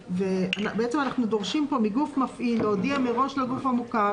ובעצם אנחנו דורשים פה מגוף מפעיל להודיע מראש לגוף המוכר